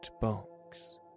box